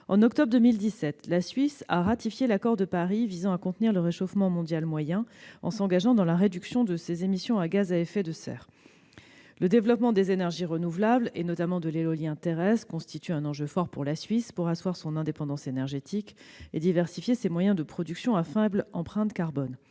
En octobre 2017, la Suisse a ratifié l'accord de Paris visant à contenir le réchauffement mondial moyen en s'engageant dans la réduction de ses émissions de gaz à effet de serre. Le développement des énergies renouvelables, notamment de l'éolien terrestre, constitue un enjeu fort pour la Suisse pour asseoir son indépendance énergétique et diversifier ses moyens de production à faible empreinte carbone.